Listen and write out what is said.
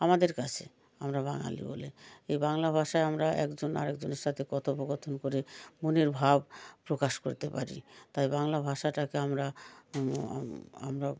আমাদের কাছে আমরা বাঙালি বলে এই বাংলা ভাষায় আমরা একজন আরেকজনের সাথে কথোপকথন করে মনের ভাব প্রকাশ করতে পারি তাই বাংলা ভাষাটাকে আমরা আমরা